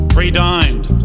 Pre-dined